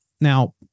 Now